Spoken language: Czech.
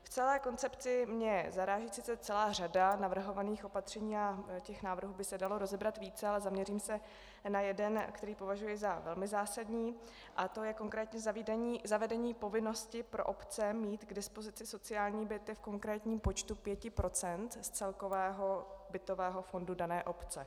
V celé koncepci mě zaráží sice celá řada navrhovaných opatření a těch návrhů by se dalo rozebrat více, ale zaměřím se na jeden, který považuji za velmi zásadní, a to je konkrétní zavedení povinnosti pro obce mít k dispozici sociální byty v konkrétním počtu pěti procent z celkového bytového fondu dané obce.